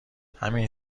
همین